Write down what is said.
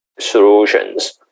solutions